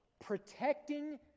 protecting